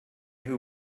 who